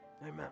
Amen